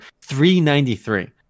393